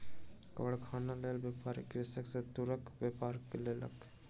कारखानाक लेल, व्यापारी कृषक सॅ तूरक व्यापार केलक